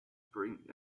bring